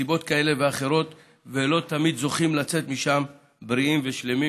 מסיבות כאלה ואחרות ולא תמיד זוכים לצאת משם בריאים ושלמים,